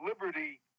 Liberty